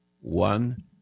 one